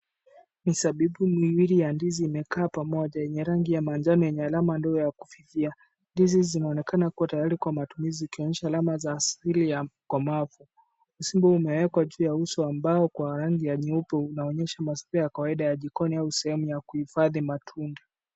Mizabibu miwili ya ndizi imekaa pamoja yenye rangi ya manjano yenye alama ndogo ya kufikia. Ndizi zinaonekana kuwa tayari kwa matumizi ikionyesha alama za asili ya ukomavu. Msingi huu umewekwa juu ya uso wa mbao kwa rangi ya nyeupe unaonyesha mazingira ya kawaida ya jikoni au sehemu ya kuhifadhi matunda.